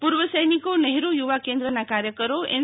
પૂર્વ સૈનિકો નેહરૂ યુ વા કેન્દ્રના કાર્યકર એન